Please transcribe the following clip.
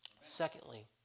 Secondly